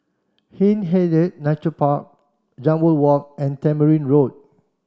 Hindhede Nature Park Jambol Walk and Tamarind Road